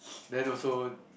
then also